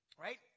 right